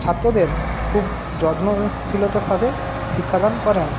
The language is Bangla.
ছাত্রদের খুব যত্নশীলতার সাথে শিক্ষা দান করেন